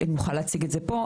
נוכל להציג את זה פה,